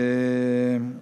התקצוב,